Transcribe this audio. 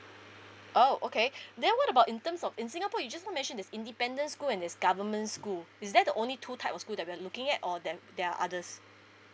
oh okay then what about in terms of in singapore you just now mentioned this independent school and this government school is that the only two type of school that we're looking at or there're there are others